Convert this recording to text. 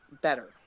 better